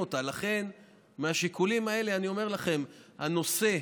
לכם שיש לנו בשאיפה בקדנציה הבאה,